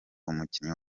umukinnyi